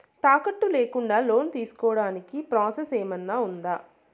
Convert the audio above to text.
తాకట్టు లేకుండా లోను తీసుకోడానికి ప్రాసెస్ ఏమన్నా ఉందా?